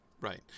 right